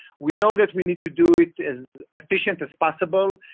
we know that we need to do it as efficient as possible.